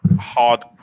hard